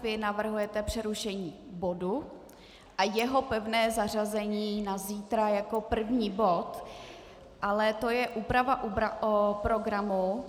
Vy navrhujete přerušení bodu a jeho pevné zařazení na zítra jako první bod, ale to je úprava programu.